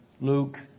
Luke